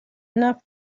enough